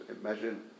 imagine